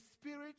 spirit